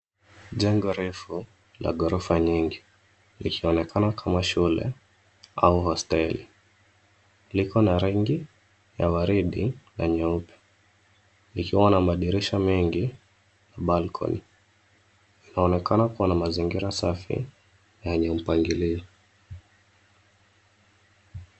Jengo refu la ghorofa nyingi likionekana kama shule au hosteli. Liko na rangi ya waridi na nyeupe. Likiwa na madirisha mengi na balcony . Inaonekana kuwa na mazingira safi yenye mpangilio.